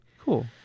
Cool